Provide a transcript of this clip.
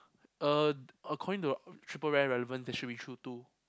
uh according to the triple rare relevant there should be two